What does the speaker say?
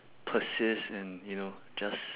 persist and you know just